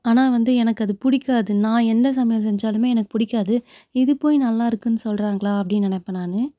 ஆனால் வந்து எனக்கு அது பிடிக்காது நான் என்ன சமையல் செஞ்சாலும் எனக்கு பிடிக்காது இது போய் நல்லாயிருக்குனு சொல்கிறாங்களா அப்படினு நெனைப்பேன் நான்